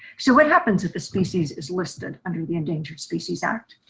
so what happens if the species is listed under the endangered species act?